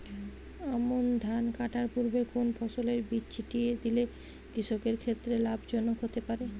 আমন ধান কাটার পূর্বে কোন ফসলের বীজ ছিটিয়ে দিলে কৃষকের ক্ষেত্রে লাভজনক হতে পারে?